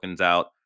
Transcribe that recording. out